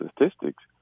statistics